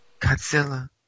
Godzilla